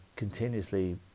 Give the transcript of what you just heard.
Continuously